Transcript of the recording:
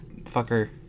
fucker